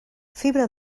fibra